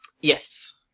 Yes